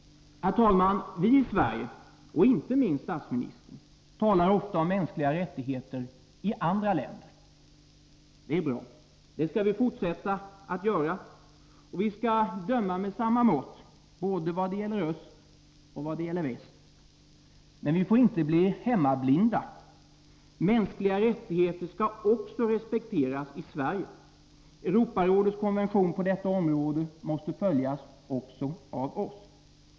Herr talman! Vi i Sverige — och inte minst statsministern — talar ofta om mänskliga rättigheter i andra länder. Det är bra. Det skall vi fortsätta att göra, och vi skall döma med samma mått både vad gäller öst och vad gäller väst. Men vi får inte bli hemmablinda. Mänskliga rättigheter skall respekteras också i Sverige. Europarådets konvention på detta område måste följas också av oss.